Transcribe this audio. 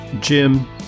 Jim